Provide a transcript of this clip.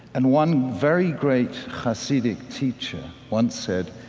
and one very great hasidic teacher once said,